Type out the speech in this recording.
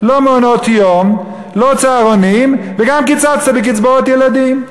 לא מעונות-יום ולא צהרונים וגם קיצצת בקצבאות ילדים.